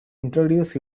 introduce